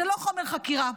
זה לא חומר חקירה.